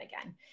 again